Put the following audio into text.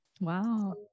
Wow